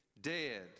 dead